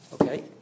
okay